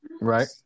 right